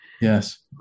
Yes